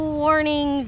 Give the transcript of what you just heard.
warning